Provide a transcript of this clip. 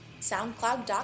soundcloud.com